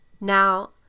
Now